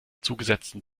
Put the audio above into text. zugesetzten